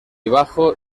bajo